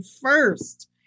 first